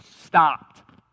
stopped